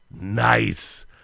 nice